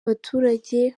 baturage